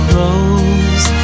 rose